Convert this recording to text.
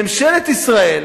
ממשלת ישראל